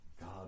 God